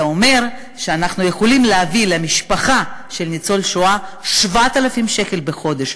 זה אומר שאנחנו יכולים להביא למשפחה של ניצול שואה 7,000 שקל בחודש,